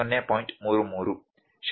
33 ಶೇಕಡಾಕ್ಕೆ ಸಮಾನವಾಗಿರುತ್ತದೆ